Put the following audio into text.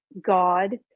God